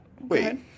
Wait